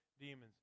demons